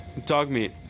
Dogmeat